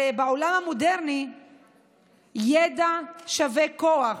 הרי בעולם המודרני ידע שווה כוח.